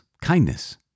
kindness